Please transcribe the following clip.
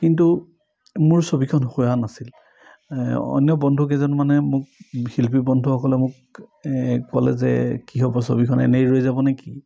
কিন্তু মোৰ ছবিখন হোৱা নাছিল অন্য বন্ধু কেইজন মানে মোক শিল্পী বন্ধুসকলে মোক ক'লে যে কি হ'ব ছবিখন এনেই ৰৈ যাব নে কি